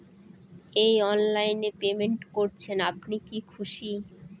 এই অনলাইন এ পেমেন্ট করছেন আপনি কি খুশি?